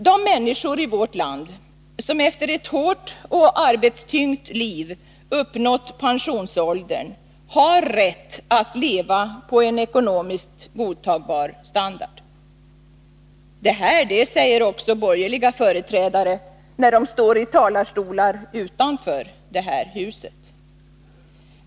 De människor i vårt land som efter ett hårt och arbetstyngt liv uppnått pensionsåldern har rätt att leva på en ekonomiskt godtagbar standard. Det säger också borgerliga företrädare när de står i talarstolar utanför det här huset.